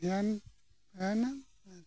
ᱫᱷᱮᱭᱟᱱ ᱵᱷᱟᱜᱟᱣᱮᱱᱟᱢ ᱵᱟᱥ